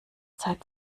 zeit